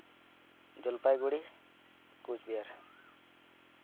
Jalpaiguri Cooch Behar